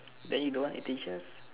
then you don't want eighteen chef